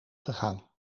gegaan